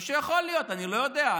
או שיכול להיות, אני לא יודע.